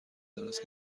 دانست